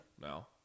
now